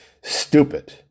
stupid